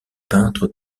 peintre